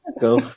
go